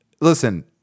Listen